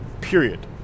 period